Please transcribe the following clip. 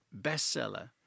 bestseller